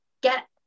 get